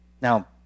Now